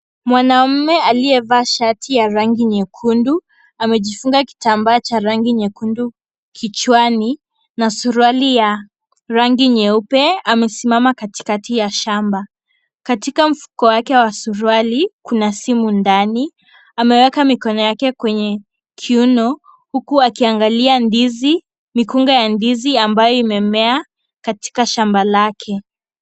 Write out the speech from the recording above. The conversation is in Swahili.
Mwanaume aliyevaa shati ya rangi nyekundu amejifunga kitambaa cha rangi nyekundu kichwani na suruali ya rangi nyeupe amesimama katikati ya shamba, katika mfuko wake wa suruali kuna simu ndani ameweka mikono yake kwenye kiuno huku akiangalia ndizi, mikunga ya ndizi ambayo imemea katika shamba lake.